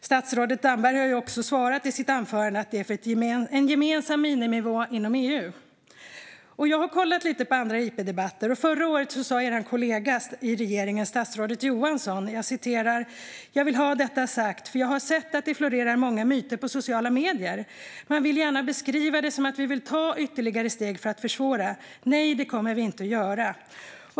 Statsrådet Damberg har också svarat i sitt anförande att det är en gemensam miniminivå inom EU. Jag har kollat lite på andra interpellationsdebatter. Förra året sa er kollega i regeringen, statsrådet Johansson: "Jag vill ha detta sagt, för jag har sett att det florerar många myter på sociala medier. Man vill gärna beskriva det som att vi vill ta ytterligare steg för att försvåra. Nej, det kommer vi inte att göra."